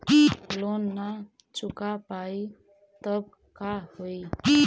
Loan न चुका पाई तब का होई?